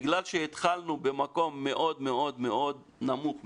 בגלל שהתחלנו במקום מאוד מאוד נמוך,